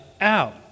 out